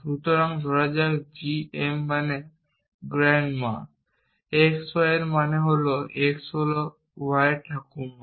সুতরাং ধরা যাক g m মানে grand ma x y এবং এর মানে হল x হল y এর ঠাকুরমা